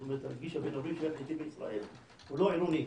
זאת אומרת, כביש --- הוא לא עירוני.